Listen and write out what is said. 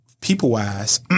people-wise